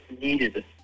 needed